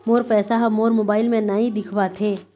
मोर पैसा ह मोर मोबाइल में नाई दिखावथे